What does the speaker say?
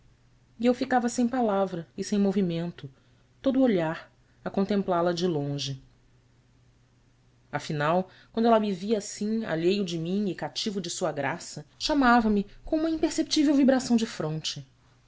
e eu ficava sem palavra e sem movimento todo olhar a contemplá-la de longe afinal quando ela me via assim alheio de mim e cativo de sua graça chamava-me com uma imperceptível vibração de fronte